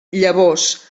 llavors